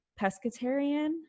pescatarian